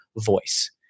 voice